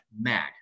MAG